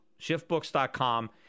shiftbooks.com